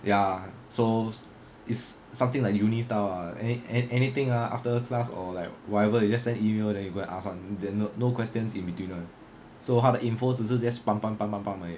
ya so it's something like uni style ah an~ an~ an~ anything ah after class or like whatever you just send email that you go and ask [one] then no questions in between [one] so 他的 info 只是 just pump pump pump pump pump 而已